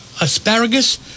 asparagus